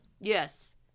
Yes